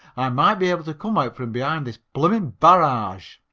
i might be able to come out from behind this blooming barrage.